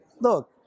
look